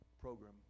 program